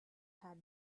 had